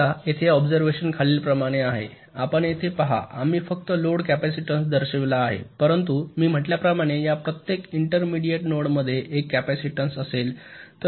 आता येथे ऑबसेर्व्हशन खालीलप्रमाणे आहे आपण येथे पहा आम्ही फक्त लोड कॅपेसिटन्स दर्शविला आहे परंतु मी म्हटल्याप्रमाणे या प्रत्येक इंटरमीडिएट नोड्समध्ये एक कपॅसिटीन्स असेल